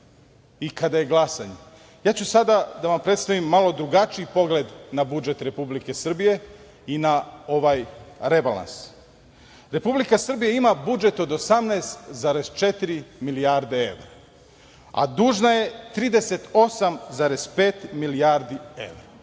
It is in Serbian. i kada je glasanje. Sada ću da vam predstavim malo drugačiji pogled na budžet Republike Srbije i na ovaj rebalans. Republika Srbija ima budžet od 18,4 milijarde evra, a dužna je 38,5 milijardi evra.